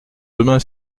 demain